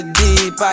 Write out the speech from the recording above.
deep